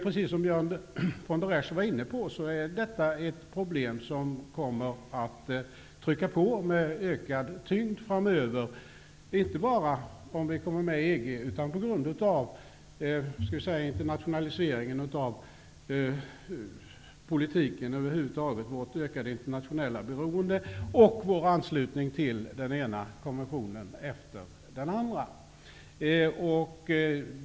Precis som Björn von der Esch var inne på är detta ett problem som kommer att få ökad tyngd framöver, inte bara om vi kommer med i EG utan också på grund av internationaliseringen av politiken, vårt ökade internationella beroende och vår anslutning till den ena konventionen efter den andra.